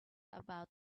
about